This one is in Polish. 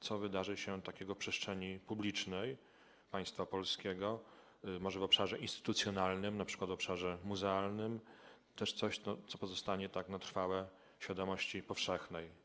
Co wydarzy się takiego w przestrzeni publicznej państwa polskiego, może w obszarze instytucjonalnym, np. w obszarze muzealnym, co pozostanie tak na trwałe w świadomości powszechnej?